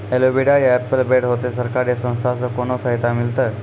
Aloe vera या apple बैर होते? सरकार या संस्था से कोनो सहायता मिलते?